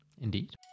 Indeed